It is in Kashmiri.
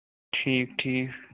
ٹھیٖک ٹھیٖک